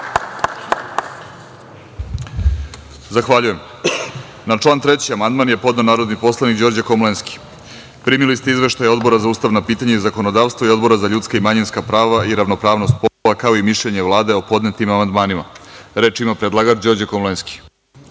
Zahvaljujem. Na član 3. amandman je podneo narodni poslanik Đorđe Komlenski. Primili ste izveštaje Odbora za ustavna pitanja i zakonodavstvo i Odbora za ljudska i manjinska prava i ravnopravnost polova, kao i mišljenje Vlade o podnetim amandmanima. Reč ima predlagač, Đorđe Komlenski. Izvolite.